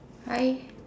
hi